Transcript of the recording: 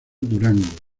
durango